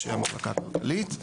אנשי המחלקה הכלכלית,